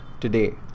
today